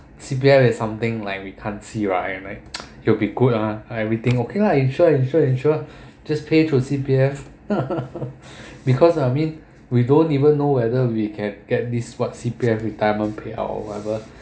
C_P_F is something like we can't see right it'll be good ah everything okay lah ensure ensure ensure just pay to C_P_F because I mean we don't even know whether we can get this what C_P_F retirement payout or whatever